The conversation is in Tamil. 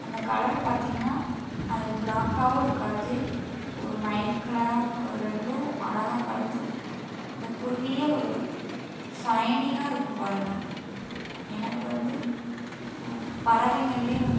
அந்த கலர் பார்த்திங்கன்னா அது பிளாக்காகவும் இருக்காது ஒரு மயில் கலராகவும் இருக்காது ரெண்டும் அழகாக கலந்து அந்த குருவியே ஒரு ஷைனிங்காக இருக்கும் பாருங்கள் எனக்கு வந்து பறவைங்கள்லேயே வந்து